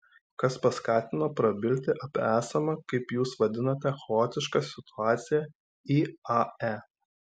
kas paskatino prabilti apie esamą kaip jūs vadinate chaotišką situaciją iae